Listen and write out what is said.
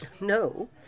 No